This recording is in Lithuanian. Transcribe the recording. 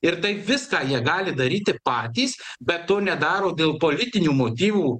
ir taip viską jie gali daryti patys bet to nedaro dėl politinių motyvų